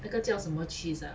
那个叫什么 cheese ah